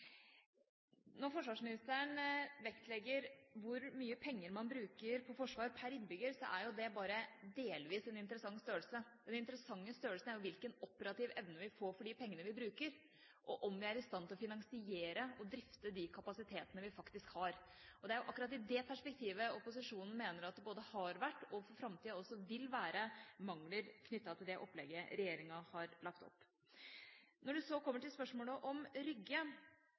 Når forsvarsministeren vektlegger hvor mye penger man bruker på forsvar per innbygger, er det bare delvis en interessant størrelse. Den interessante størrelsen er jo hvilken operativ evne vi får for de pengene vi bruker, og om vi er i stand til å finansiere og drifte de kapasitetene vi faktisk har. Det er akkurat i det perspektivet opposisjonen mener at det både har vært, og for framtida også vil være, mangler knyttet til det opplegget regjeringa har lagt opp til. Når det så kommer til spørsmålet om Rygge,